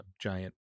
giant